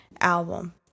album